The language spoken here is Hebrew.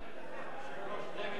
נגד.